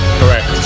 correct